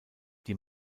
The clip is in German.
die